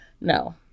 No